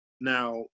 now